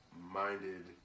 minded